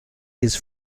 his